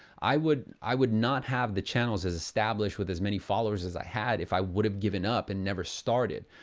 i would i would not have the channels as established with as many followers as i had if i would have given up and never started.